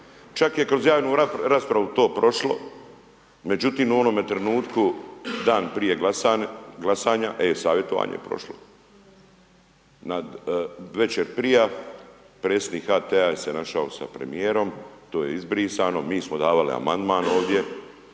Čak je kroz javnu raspravu to prošlo, međutim, u onome trenutku dan prije glasanja, e-savjetovanje je prošlo, već je prije, predsjednik HT-a se našao sa premjerom, to je izbrisano, mi smo davali amandman ovdje,